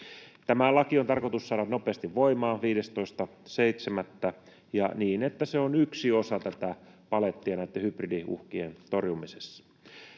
Tämä laki on tarkoitus saada nopeasti voimaan 15.7. ja niin, että se on yksi osa tätä palettia näitten hybridiuhkien torjumisessa.